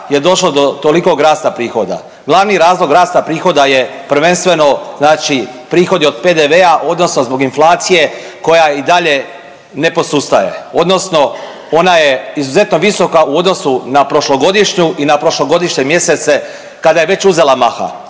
je došlo do tolikog rasta prihoda. Glavni razlog rasta prihoda je prvenstveno znači prihodi od PDV-a odnosno zbog inflacije koja i dalje ne posustaje odnosno ona je izuzetno visoka na prošlogodišnju i na prošlogodišnje mjesece kada je već uzela maha.